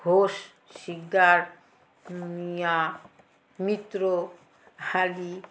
ঘোষ শিকদার কুনিয়া মিত্র হারি